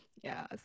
Yes